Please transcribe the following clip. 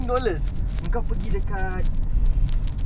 five dollar boots bro original